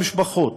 של המשפחות,